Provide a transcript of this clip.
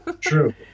true